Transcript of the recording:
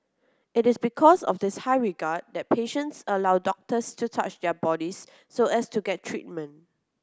it is because of this high regard that patients allow doctors to touch their bodies so as to get treatment